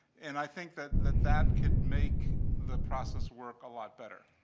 and i think that that that could make the process work a lot better.